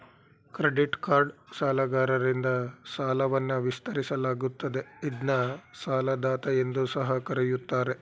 credit card ಸಾಲಗಾರರಿಂದ ಸಾಲವನ್ನ ವಿಸ್ತರಿಸಲಾಗುತ್ತದೆ ಇದ್ನ ಸಾಲದಾತ ಎಂದು ಸಹ ಕರೆಯುತ್ತಾರೆ